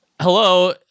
hello